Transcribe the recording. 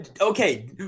Okay